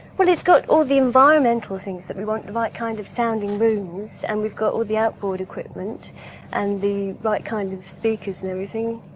well, it's got all the environmental things that we want the right kind of sounding blues. and we've got with the outboard equipment and the right kind of speakers and everything.